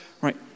right